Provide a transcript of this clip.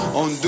on